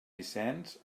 vicenç